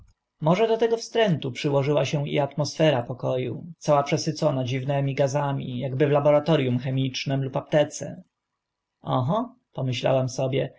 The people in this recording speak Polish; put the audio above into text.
może do tego wstrętu przyłożyła się i atmosfera poko u cała przesycona dziwnymi gazami akby w laboratorium chemicznym lub aptece oho pomyślałam sobie